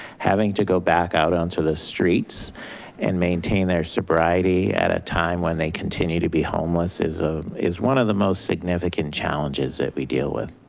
having to go back out onto the streets and maintain their sobriety at a time when they continue to be homeless is is one of the most significant challenges that we deal with.